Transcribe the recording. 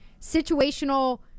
Situational